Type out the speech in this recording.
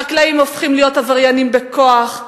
חקלאים הופכים להיות עבריינים בכוח,